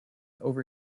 over